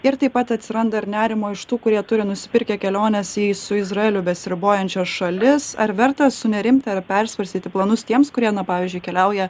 ir taip pat atsiranda ir nerimo iš tų kurie turi nusipirkę keliones į su izraeliu besiribojančias šalis ar verta sunerimti ar persvarstyti planus tiems kurie na pavyzdžiui keliauja